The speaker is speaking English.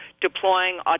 deploying